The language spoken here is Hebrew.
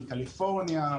מקליפורניה,